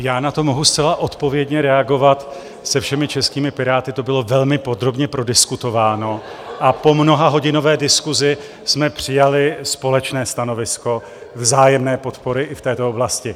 Já na to mohu zcela odpovědně reagovat, se všemi českými piráty to bylo velmi podrobně prodiskutováno a po mnohahodinové diskusi jsme přijali společně stanovisko vzájemné podpory i v této oblasti .